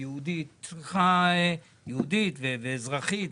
יהודית ואזרחית,